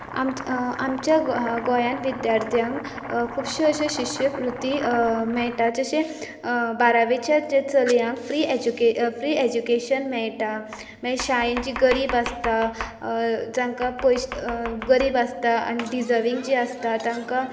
आम आमच्या गोंयांत विद्यार्थ्यांक खूबशे अशे शिश्यवृत्ती मेळटात जशें बारावेच्या ज्या चलयांक फ्री एड्यू एड्यूकेशन मेळटा मागीर शाळेंत जीं गरीब आसता जांकां पळय गरीब आसता आनी डिसर्वींग जीं आसता तांकां